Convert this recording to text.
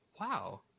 Wow